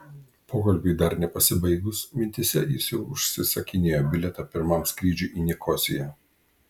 pokalbiui dar nepasibaigus mintyse jis jau užsisakinėjo bilietą pirmam skrydžiui į nikosiją